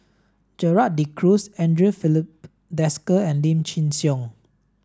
Gerald De Cruz Andre Filipe Desker and Lim Chin Siong